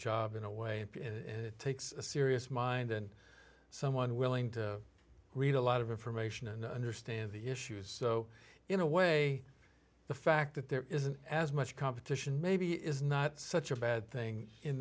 job in a way in takes a serious mind and someone willing to read a lot of information and understand the issues so in a way the fact that there isn't as much competition maybe is not such a bad thing in